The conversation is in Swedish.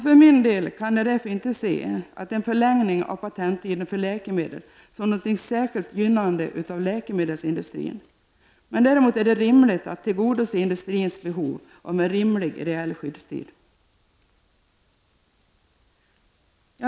För min del kan jag därför inte se en förlängning av patenttiden för läkemedel som något särskilt gynnande av läkemedelsindustrin. Däremot är det rimligt att tillgodose industrins behov av en rimlig reell skyddstyp.